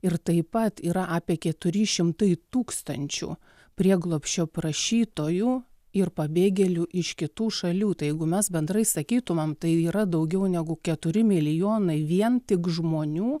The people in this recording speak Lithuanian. ir taip pat yra apie keturi šimtai tūkstančių prieglobsčio prašytojų ir pabėgėlių iš kitų šalių tai jeigu mes bendrai sakytumėm tai yra daugiau negu keturi milijonai vien tik žmonių